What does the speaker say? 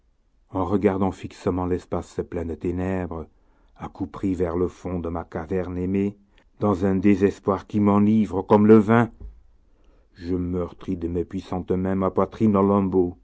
en regardant fixement l'espace plein de ténèbres accroupi vers le fond de ma caverne aimée dans un désespoir qui m'enivre comme le vin je meurtris de mes puissantes mains ma poitrine